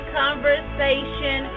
conversation